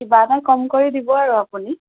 কিবা এটা কম কৰি দিব আৰু আপুনি